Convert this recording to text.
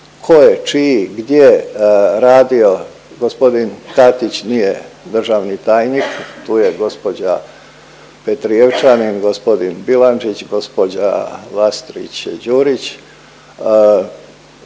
tko je čiji, gdje radio, gospodin Katić nije državni tajnik, tu je gospođa Petrijevčanin, gospodin Bilandžić, gospođa Vastrić Đurić